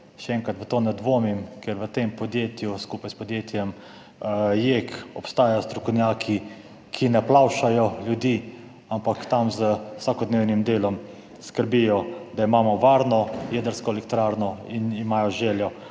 Še enkrat, v to ne dvomim, ker v tem podjetju skupaj s podjetjem JEK obstajajo strokovnjaki, ki ne plavšajo ljudi, ampak tam z vsakodnevnim delom skrbijo, da imamo varno jedrsko elektrarno, in imajo željo